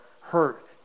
hurt